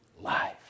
life